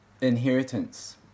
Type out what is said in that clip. inheritance